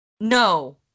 No